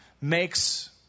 makes